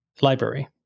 library